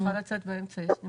אני צריכה לצאת באמצע.